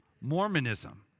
Mormonism